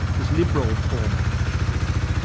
this liberal form of nationalism,